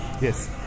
yes